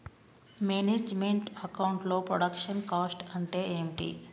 Manage meant account లో production cost అంటే ఏమిటి?